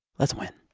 let's win.